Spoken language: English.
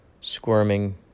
squirming